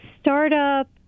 Startup